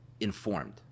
informed